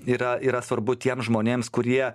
yra yra svarbu tiems žmonėms kurie